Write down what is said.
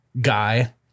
guy